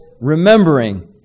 remembering